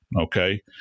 okay